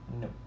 No